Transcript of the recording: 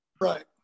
Right